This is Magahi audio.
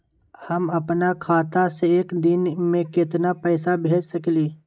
हम अपना खाता से एक दिन में केतना पैसा भेज सकेली?